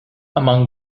among